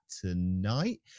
tonight